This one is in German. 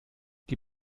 die